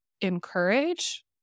encourage